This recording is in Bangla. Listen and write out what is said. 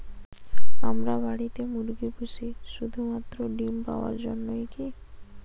আমরা বাড়িতে মুরগি পুষি শুধু মাত্র ডিম পাওয়ার জন্যই কী?